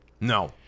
No